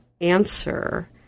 answer